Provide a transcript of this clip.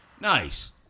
Nice